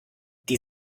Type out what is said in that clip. die